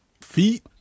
feet